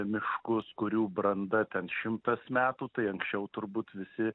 miškus kurių branda ten šimtas metų tai anksčiau turbūt visi